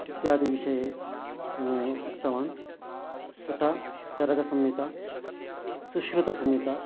इत्यादिविषये उक्तवान् तथा चरकसंहिता सुश्रुतसंहिता